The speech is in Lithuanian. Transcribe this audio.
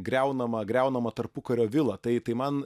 griaunama griaunama tarpukario vila tai tai man